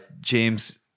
James